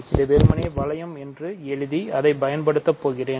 இதை வெறுமனே வளையம் என்று எழுதி அதை பயன்படுத்த போகிறோம்